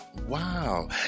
Wow